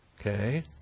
Okay